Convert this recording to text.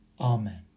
Amen